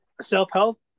self-help